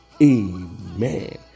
amen